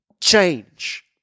change